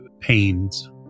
pains